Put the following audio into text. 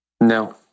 No